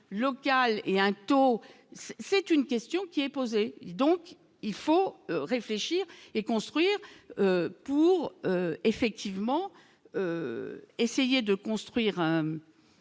local et un taux, c'est une question qui est posée, donc il faut réfléchir et construire pour effectivement. Essayer de construire un